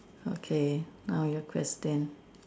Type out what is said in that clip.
okay now your question